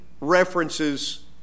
references